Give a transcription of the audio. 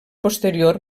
posterior